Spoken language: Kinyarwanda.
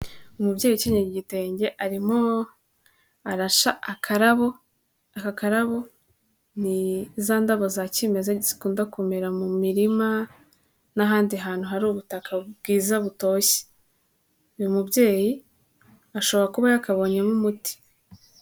umubyeyi ukenyeye igitenge arimo araca akarabo, aka karabo ni za ndabo za kimeza zikunda kumera mu mirima n'ahandi hantu hari ubutaka bwiza butoshye, uyu mubyeyi ashobora kuba yakabonyemo umuti.